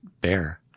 Bear